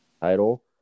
title